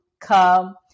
come